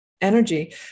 energy